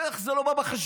ואיך זה לא בא בחשבון.